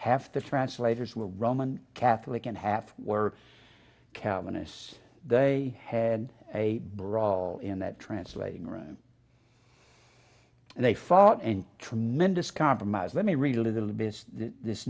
half the translators were roman catholic and half were calvinists they had a brawl in that translating room and they fought and tremendous compromise let me read a little bit this